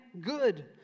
good